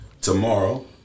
Tomorrow